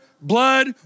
blood